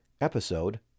episode